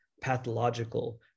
pathological